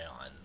on